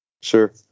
Sure